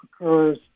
occurs